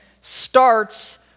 starts